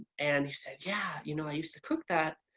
and he said yeah you know i used to cook that.